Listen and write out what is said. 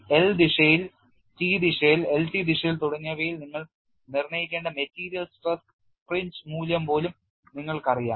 L ദിശയിൽ T ദിശയിൽ LT ദിശയിൽ തുടങ്ങിയവയിൽ നിങ്ങൾ നിർണ്ണയിക്കേണ്ട മെറ്റീരിയൽ സ്ട്രെസ് ഫ്രിഞ്ച് മൂല്യം പോലും നിങ്ങൾക്കറിയാം